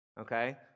okay